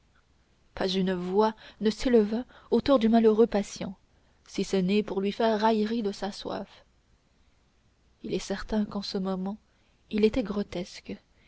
pas une voix ne s'éleva autour du malheureux patient si ce n'est pour lui faire raillerie de sa soif il est certain qu'en ce moment il était grotesque